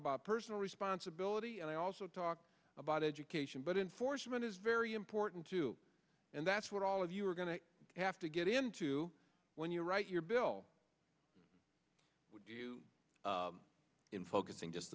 about personal responsibility and i also talk about education but in for some it is very important too and that's what all of you are going to have to get into when you write your bill would you in focusing just